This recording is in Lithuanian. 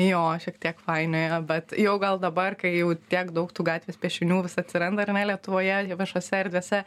joo šiek tiek painioja bet jau gal dabar kai jau tiek daug tų gatvės piešinių vis atsiranda ar ne lietuvoje viešose erdvėse